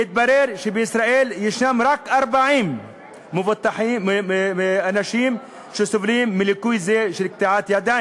והתברר שבישראל יש רק 40 אנשים שסובלים מליקוי זה של ידיים קטועות,